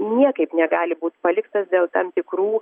niekaip negali būt paliktas dėl tam tikrų